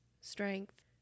strength